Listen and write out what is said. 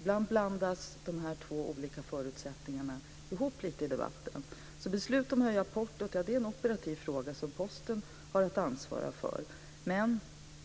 Ibland blandas dessa två olika förutsättningar ihop lite i debatten. Beslut om att höja portot är alltså en operativ fråga som Posten har att ansvara för. Men